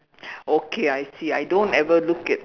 okay I see I don't ever look at